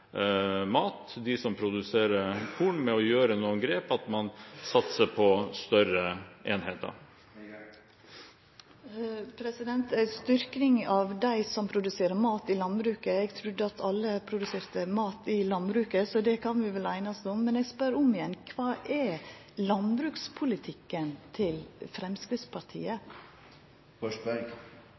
mat, styrke dem som produserer korn, og å gjøre noen grep ved at man satser på større enheter. Ei styrking av dei som produserer mat i landbruket – eg trudde alle produserte mat i landbruket, men det kan vi vel einast om. Men eg spør om igjen: Kva er landbrukspolitikken til Framstegspartiet? Landbrukspolitikken til Fremskrittspartiet